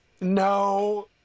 No